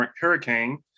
Hurricane